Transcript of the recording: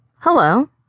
Hello